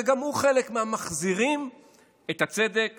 וגם הוא חלק מהמחזירים את הצדק